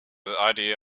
idea